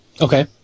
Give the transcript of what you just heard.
Okay